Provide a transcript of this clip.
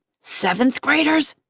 seventh graders?